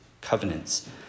covenants